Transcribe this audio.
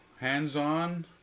Hands-on